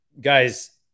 Guys